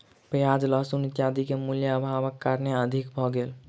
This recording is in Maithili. प्याज लहसुन इत्यादि के मूल्य, अभावक कारणेँ अधिक भ गेल